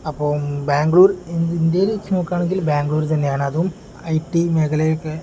അപ്പം ബാംഗ്ലൂർ ഇന്ത്യയിൽ വച്ചു നോക്കുകയാണെങ്കിൽ ബാംഗ്ലൂർ തന്നെയാണ് അതും ഐ ടി മേഖലയൊക്കെ